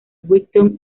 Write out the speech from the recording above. brighton